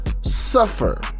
suffer